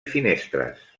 finestres